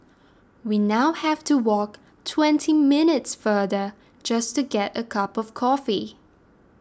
we now have to walk twenty minutes farther just to get a cup of coffee